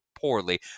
poorly